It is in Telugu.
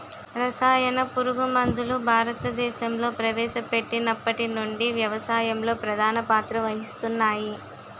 రసాయన పురుగుమందులు భారతదేశంలో ప్రవేశపెట్టినప్పటి నుండి వ్యవసాయంలో ప్రధాన పాత్ర వహిస్తున్నాయి